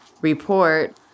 report